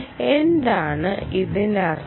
എന്താണ് ഇതിനർത്ഥം